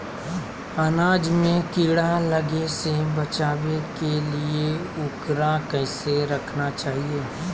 अनाज में कीड़ा लगे से बचावे के लिए, उकरा कैसे रखना चाही?